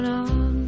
on